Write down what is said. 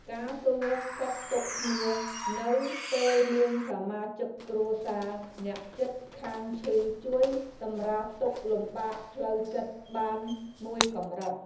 ការសួរសុខទុក្ខគ្នានៅពេលមានសមាជិកគ្រួសារអ្នកជិតខាងឈឺជួយសម្រាលទុក្ខលំបាកផ្លូវចិត្តបានមួយកម្រិត។